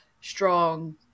strong